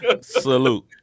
salute